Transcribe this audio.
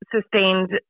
sustained